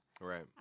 right